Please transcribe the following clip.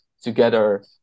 together